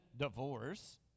divorce